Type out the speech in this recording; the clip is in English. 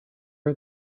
are